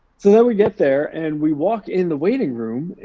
so then we get there, and we walk in the waiting room,